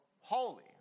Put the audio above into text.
Holy